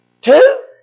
Two